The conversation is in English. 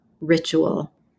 ritual